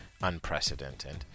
unprecedented